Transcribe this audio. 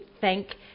Thank